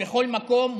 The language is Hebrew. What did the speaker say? בכל מקום,